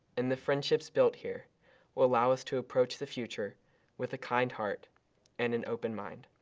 and the friendships built here will allow us to approach the future with a kind heart and an open mind.